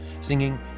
singing